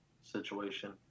situation